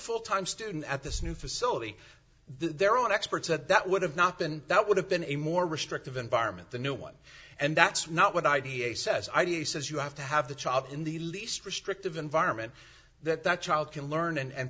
full time student at this new facility there are experts at that would have not been that would have been a more restrictive environment the new one and that's not what id a says i do you says you have to have the child in the least restrictive environment that that child can learn and